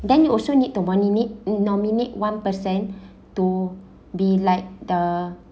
then you also need the money need nominate one per cent to be like the